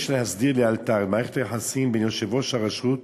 יש להסדיר לאלתר את מערכת היחסים בין יושב-ראש הרשות